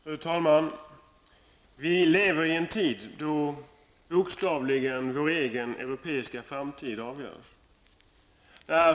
Fru talman! Vi lever i en tid då bokstavligen vår egen europeiska framtid avgörs.